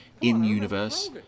in-universe